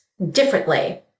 differently